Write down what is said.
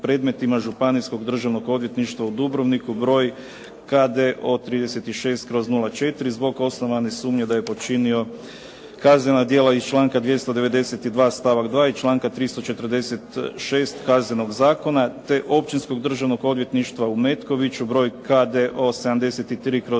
Županijskog državnog odvjetništva u Dubrovniku br. KDO 36/04 zbog osnovane sumnje da je počinio kaznena djela iz članka 292. stavak 2. i članka 346. Kaznenog zakona te Općinskog državnog odvjetništva u Metkoviću, broj KDO 73/06